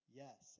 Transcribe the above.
yes